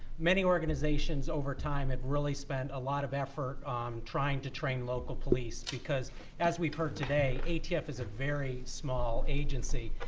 many organizations over time have really spent a lot of effort trying to train local police, because as we heard today, atf is a very small agency.